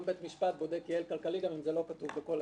גם בית משפט בודק יעילות כלכלית גם אם היא לא כתובה פה.